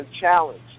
challenge